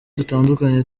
dutandukanye